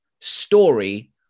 story